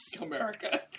America